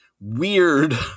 weird